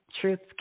Truth's